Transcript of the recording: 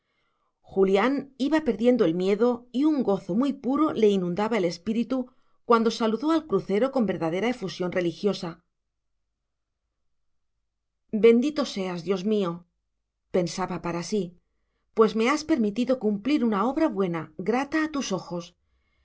julián iba perdiendo el miedo y un gozo muy puro le inundaba el espíritu cuando saludó al crucero con verdadera efusión religiosa bendito seas dios mío pensaba para sí pues me has permitido cumplir una obra buena grata a tus ojos